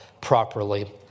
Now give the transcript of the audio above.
properly